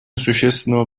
существенного